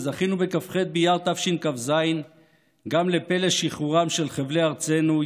וזכינו בכ"ח באייר תשכ"ז גם לפלא שחרורם של חבלי ארצנו,